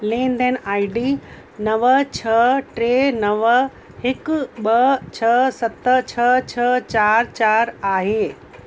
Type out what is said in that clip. लेनदेन I D नव छ्ह टे नव हिकु ॿ छह सत छह छह चारि चारि आहे